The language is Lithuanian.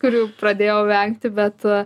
kurių pradėjau vengti bet